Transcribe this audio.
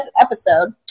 episode